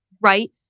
right